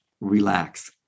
relax